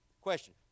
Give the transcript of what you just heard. Question